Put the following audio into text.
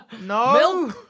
no